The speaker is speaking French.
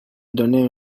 donné